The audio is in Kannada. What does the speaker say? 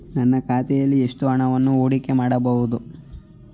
ನನ್ನ ಖಾತೆಯಲ್ಲಿ ಎಷ್ಟು ಹಣವನ್ನು ಹೂಡಿಕೆ ಮಾಡಬಹುದು?